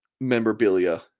memorabilia